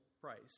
price